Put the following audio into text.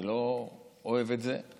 אני לא אוהב את זה,